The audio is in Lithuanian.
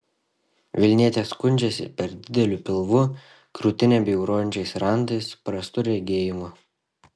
vilnietė skundžiasi per dideliu pilvu krūtinę bjaurojančiais randais prastu regėjimu